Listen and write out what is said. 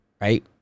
right